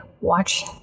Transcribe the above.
watch